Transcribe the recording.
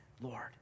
Lord